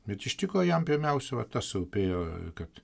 bet iš tikro jam pirmiausia va tas rūpėjo kad